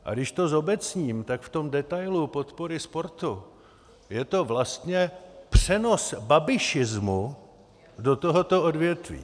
A když to zobecním, tak v tom detailu podpory sportu je to vlastně přenos babišismu do tohoto odvětví.